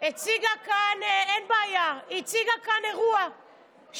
by definition זה